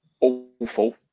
awful